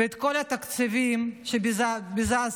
ואת כל התקציבים שבזזת,